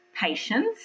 patience